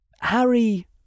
Harry